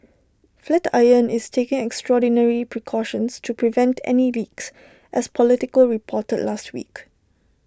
flatiron is taking extraordinary precautions to prevent any leaks as Politico reported last week